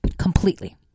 Completely